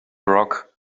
rock